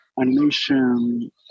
animation